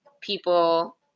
people